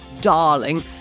darling